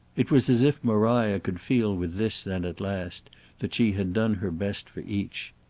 it was as if maria could feel with this then at last that she had done her best for each.